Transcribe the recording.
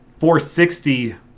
460